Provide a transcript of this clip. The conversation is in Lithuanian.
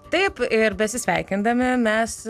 taip ir besisveikindami mes